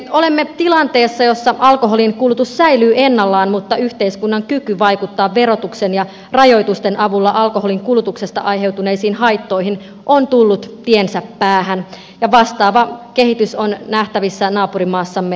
olemme tilanteessa jossa alkoholin kulutus säilyy ennallaan mutta yhteiskunnan kyky vaikuttaa verotuksen ja rajoitusten avulla alkoholin kulutuksesta aiheutuneisiin haittoihin on tullut tiensä päähän ja vastaava kehitys on nähtävissä naapurimaassamme ruotsissa